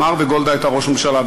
דיין אמר, וגולדה הייתה ראש ממשלה.